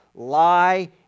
lie